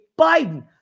Biden